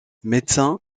médecin